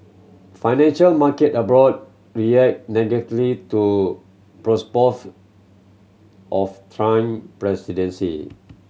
financial market abroad reacted negatively to of Trump presidency